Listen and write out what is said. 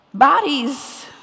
Bodies